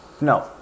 No